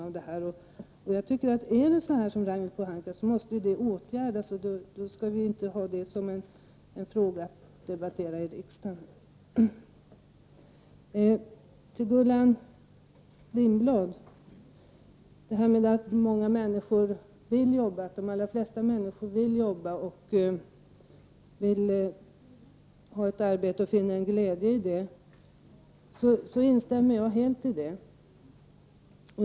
Om det är på det sättet som Ragnhild Pohanka säger måste det åtgärdas. Och då skall det inte vara en fråga som debatteras i riksdagen. Gullan Lindblad talade om att de allra flesta människor vill jobba och finner en glädje i det. Det instämmer jag helt i.